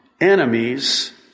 enemies